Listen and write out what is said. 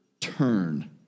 turn